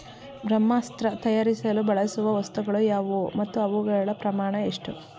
ಬ್ರಹ್ಮಾಸ್ತ್ರ ತಯಾರಿಸಲು ಬಳಸುವ ವಸ್ತುಗಳು ಯಾವುವು ಮತ್ತು ಅವುಗಳ ಪ್ರಮಾಣ ಎಷ್ಟು?